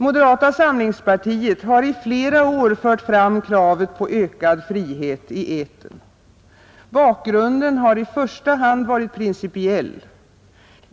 Moderata samlingspartiet har i flera år fört fram kravet på ökad frihet i etern. Bakgrunden har i första hand varit principiell.